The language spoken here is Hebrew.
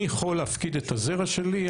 אני יכול להפקיד את הזרע שלי,